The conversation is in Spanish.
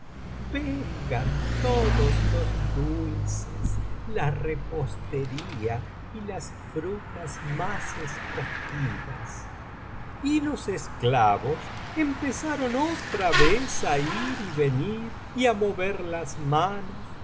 vengan todos los dulces la repostería y las frutas más escogidas y los esclavos empezaron otra vez á ir y venir y á mover las manos